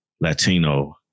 Latino